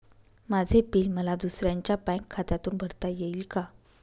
माझे बिल मला दुसऱ्यांच्या बँक खात्यातून भरता येईल का?